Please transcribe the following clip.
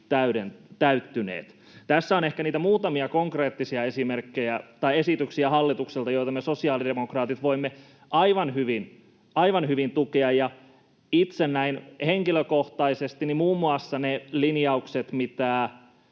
Tässä on ehkä niitä muutamia konkreettisia esityksiä hallitukselta, joita me sosiaalidemokraatit voimme aivan hyvin tukea. Ja itse näin henkilökohtaisesti tuen muun muassa niitä linjauksia, mitä